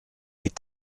est